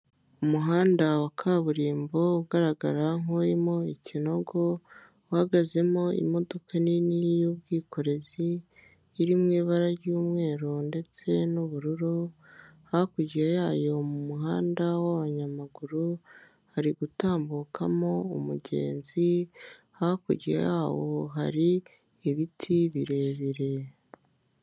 Umuhanda wa kaburimbo ugaragara nkurimo ikinogo uhagazemo imodoka nini y'ubwikorezi iri mw'ibara ry'umweru ndetse n'ubururu, hakurya yayo mu muhanda w'abanyamaguru hari gutambukamo umugenzi, hakurya yawo hari ibiti birebire.